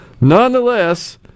nonetheless